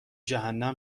جهنم